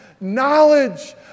knowledge